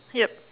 yup